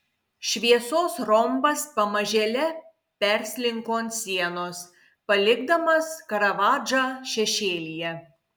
šviesos rombas pamažėle perslinko ant sienos palikdamas karavadžą šešėlyje